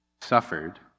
suffered